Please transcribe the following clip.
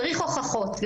צריך הוכחות.